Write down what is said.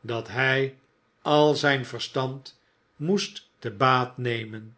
dat hij al zijn verstand moest te baat nemen